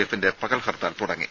എഫിന്റെ പകൽ ഹർത്താൽ തുടങ്ങി